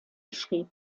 schrieb